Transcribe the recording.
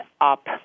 up